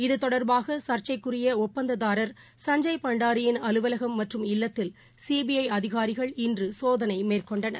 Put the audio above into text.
இது தொடர்பாகசர்ச்சைக்குரியடுப்பந்ததாரர் சஞ்ஜய் பண்டாரியின் அலுவலகம் மற்றும் இல்லத்தில் சிபிஐஅதிகாரிகள் இன்றுசோதனைமேற்கொண்டனர்